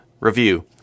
Review